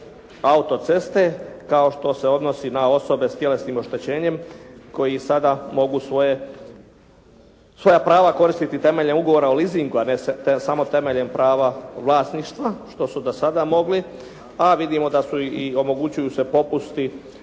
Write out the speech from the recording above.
autoceste, kao što se odnosi na osobe s tjelesnim oštećenjem koji sada mogu svoja prava koristiti temeljem ugovora o leasingu, a ne samo temeljem prava vlasništva, što su do sada mogli. A vidimo da i omogućuju se popusti